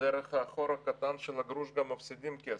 דרך החור הקטן של הגרוש גם מפסידים כסף.